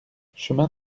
chemin